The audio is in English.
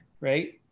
right